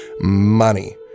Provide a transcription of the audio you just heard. money